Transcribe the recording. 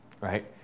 Right